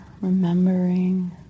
remembering